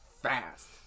fast